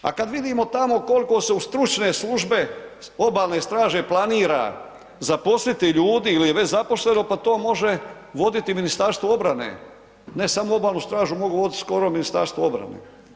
A kada vidimo tamo koliko su stručne službe obalne straže planira zaposliti ljudi ili je već zaposleno pa to može voditi Ministarstvo obrane, ne samo obalnu stražu, mogu voditi skoro Ministarstvo obrane.